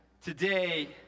today